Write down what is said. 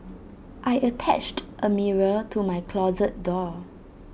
I attached A mirror to my closet door